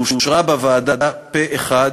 שאושרה בוועדה פה-אחד,